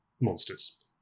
monsters